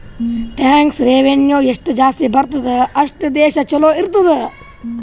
tax revenue ಎಷ್ಟು ಜಾಸ್ತಿ ಬರ್ತುದ್ ಅಷ್ಟು ದೇಶ ಛಲೋ ಇರ್ತುದ್